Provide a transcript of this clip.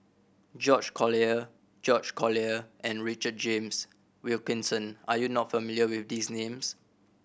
George Collyer George Collyer and Richard James Wilkinson are you not familiar with these names